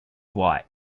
white